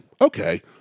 okay